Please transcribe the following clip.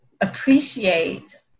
appreciate